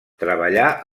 treballà